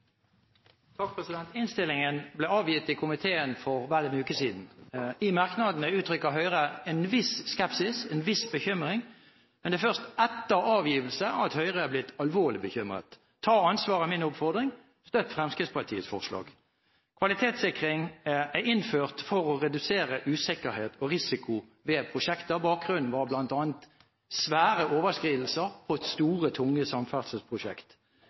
Innstillingen ble avgitt i komiteen for vel en uke siden. I merknadene uttrykker Høyre en viss skepsis, en viss bekymring, men det er først etter avgivelse at Høyre er blitt alvorlig bekymret. Ta ansvar, er min oppfordring – støtt Fremskrittspartiet forslag. Kvalitetssikring er innført for å redusere usikkerhet og risiko ved prosjekter, og bakgrunnen var